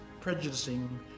prejudicing